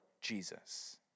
Jesus